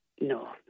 No